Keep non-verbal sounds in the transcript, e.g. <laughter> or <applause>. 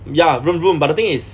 ya <noise> but the thing is